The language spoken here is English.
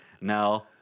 No